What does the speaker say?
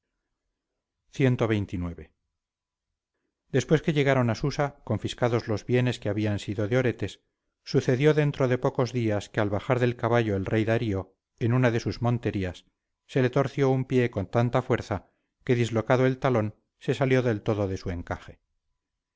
oretes cxxix después que llegaron a susa confiscados los bienes que habían sido de oretes sucedió dentro de pocos días que al bajar del caballo el rey darío en una de sus monterías se le torció un pie con tanta fuerza que dislocado el talón se salió del todo de su encaje